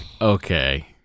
okay